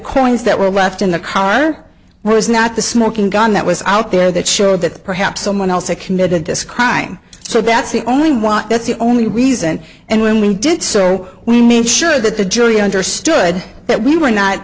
coins that were left in the car was not the smoking gun that was out there that showed that perhaps someone else had committed this crime so that's the only want that's the only reason and when we did so we make sure that the jury understood that we were not